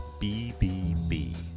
BBB